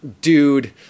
dude